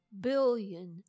billion